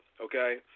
okay